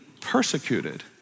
persecuted